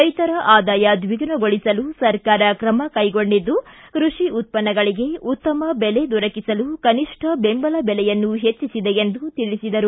ರೈತರ ಆದಾಯ ದ್ವಿಗುಣಗೊಳಿಸಲು ಸರ್ಕಾರ ಕ್ರಮ ಕೈಗೊಂಡಿದ್ದು ಕೃಷಿ ಉತ್ಪನ್ನಗಳಿಗೆ ಉತ್ತಮ ಬೆಲೆ ದೊರಕಿಸಲು ಕನಿಷ್ಠ ಬೆಂಬಲ ಬೆಲೆಯನ್ನು ಹೆಟ್ಟಿಬಿದೆ ಎಂದು ತಿಳಿಸಿದರು